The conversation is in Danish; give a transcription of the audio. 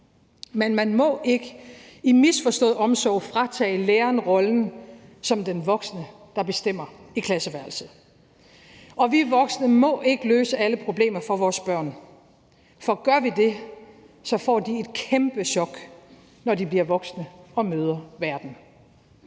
Men man må ikke i misforstået omsorg fratage læreren rollen som den voksne, der bestemmer i klasseværelset, og vi voksne må ikke løse alle problemer for vores børn, for gør vi det, får de et kæmpe chok, når de bliver voksne og møder verden.